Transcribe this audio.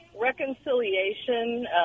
reconciliation